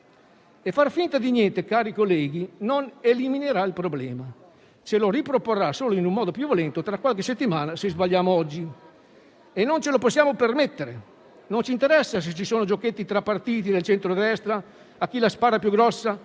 E far finta di niente, cari colleghi, non eliminerà il problema; ce lo riproporrà, solo in un modo più violento, tra qualche settimana, se sbagliamo oggi. E non ce lo possiamo permettere. Non ci interessa se ci sono giochetti tra partiti del centrodestra, a chi la spara più grossa,